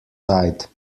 side